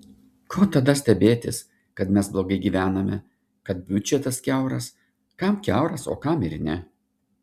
ko tada stebėtis kad mes blogai gyvename kad biudžetas kiauras kam kiauras o kam ir ne